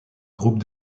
groupe